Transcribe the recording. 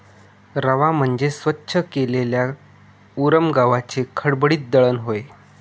रवा म्हणजे स्वच्छ केलेल्या उरम गव्हाचे खडबडीत दळण होय